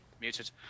Muted